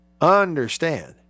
understand